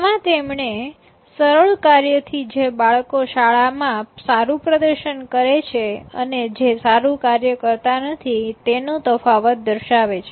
તેમાં તેમણે સરળ કાર્ય થી જે બાળકો શાળામાં સારું પ્રદર્શન કરે છે અને જે સારું કાર્ય કરતા નથી તેનો તફાવત દર્શાવે છે